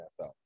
NFL